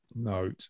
note